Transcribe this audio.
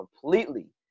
completely